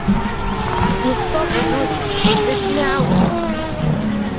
jis toks liūdnas vis miaukia